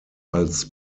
als